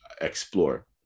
explore